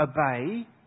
obey